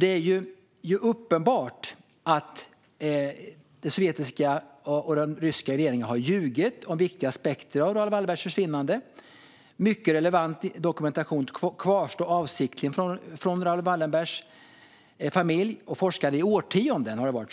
Det är uppenbart att den sovjetiska och den ryska regeringen har ljugit om viktiga aspekter av Raoul Wallenbergs försvinnande. Mycket relevant dokumentation undanhålls avsiktligen för Raoul Wallenbergs familj och för forskare - så har det varit